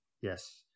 Yes